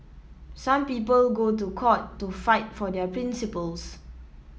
some people go to court to fight for their principles